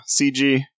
CG